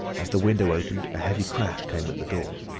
as the window opened, a heavy crash came at the door.